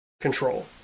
control